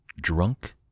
drunk